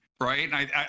right